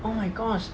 oh my gosh